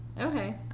Okay